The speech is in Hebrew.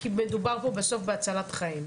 כי מדובר פה בסוף בהצלת חיים.